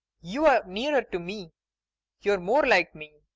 you're nearer to me you're more like me.